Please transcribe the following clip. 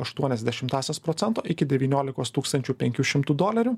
aštuonias dešimtąsias procento iki devyniolikos tūkstančių penkių šimtų dolerių